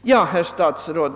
linje. Herr statsråd!